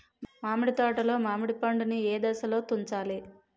మామిడి తోటలో మామిడి పండు నీ ఏదశలో తుంచాలి?